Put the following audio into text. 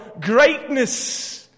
greatness